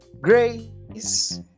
Grace